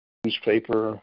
newspaper